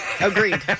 Agreed